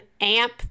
amp